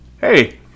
hey